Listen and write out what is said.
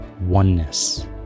oneness